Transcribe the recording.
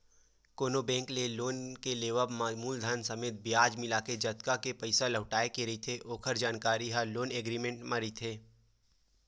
कोनो बेंक ले लोन के लेवब म मूलधन समेत बियाज मिलाके जतका के पइसा लहुटाय के रहिथे ओखर जानकारी ह लोन एग्रीमेंट म रहिथे